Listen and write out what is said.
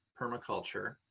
permaculture